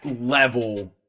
level